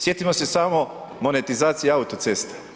Sjetimo se samo monetizacije autocesta.